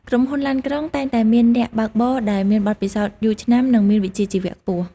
ក្រុមហ៊ុនឡានក្រុងតែងតែមានអ្នកបើកបរដែលមានបទពិសោធន៍យូរឆ្នាំនិងមានវិជ្ជាជីវៈខ្ពស់។